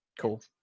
cool